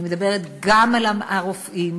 אני מדברת גם על הרופאים,